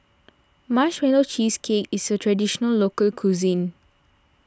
Marshmallow Cheesecake is a Traditional Local Cuisine